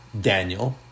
Daniel